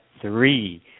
three